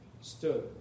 stood